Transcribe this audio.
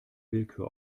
willkür